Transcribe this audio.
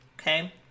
Okay